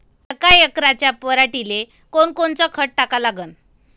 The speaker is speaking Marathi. यका एकराच्या पराटीले कोनकोनचं खत टाका लागन?